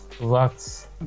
Lots